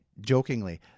jokingly